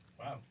Wow